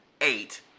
eight